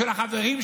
בשביל החבר'ה שלך?